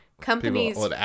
Companies